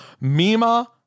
Mima